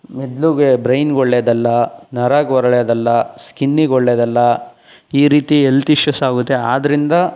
ಮೆದುಳಿಗೆ ಬ್ರೈನ್ಗೆ ಒಳ್ಳೆಯದಲ್ಲ ನರಕ್ಕೆ ಒಳ್ಳೆಯದಲ್ಲ ಸ್ಕಿನ್ನಿಗೆ ಒಳ್ಳೆಯದಲ್ಲ ಈ ರೀತಿ ಎಲ್ತ್ ಇಶ್ಯುಸ್ ಆಗುತ್ತೆ ಆದ್ರಿಂದ